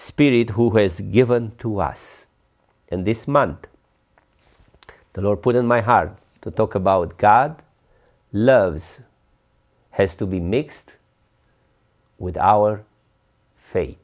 spirit who has given to us and this month the lord put in my heart to talk about god loves has to be mixed with our fate